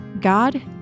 God